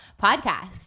podcast